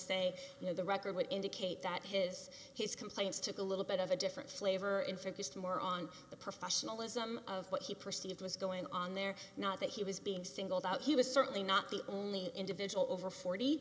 say you know the record would indicate that his his complaints took a little bit of a different flavor in focused more on the professionalism of what he perceived was going on there not that he was being singled out he was certainly not the only individual over forty